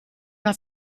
una